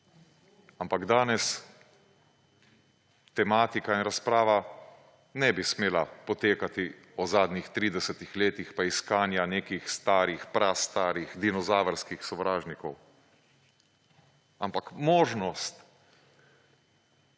Ampak danes tematika in razprava ne bi smeli potekati o zadnjih 30 letih pa iskanju nekih starih, prastarih, dinozavrskih sovražnikov, ampak možnost,